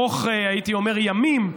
הייתי אומר, ארוך ימים.